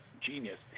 genius